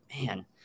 man